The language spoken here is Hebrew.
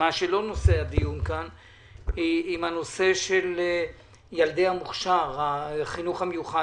עם הנושא של ילדי החינוך המיוחד?